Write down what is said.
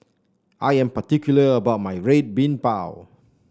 I am particular about my Red Bean Bao